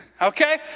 Okay